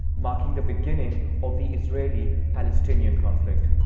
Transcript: marking the beginning of the israeli-palestinian conflict.